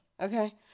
Okay